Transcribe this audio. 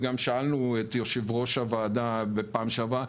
וגם שאלנו את יו"ר הוועדה בפעם שעברה,